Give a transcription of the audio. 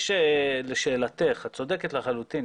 לשאלתך, את צודקת לחלוטין.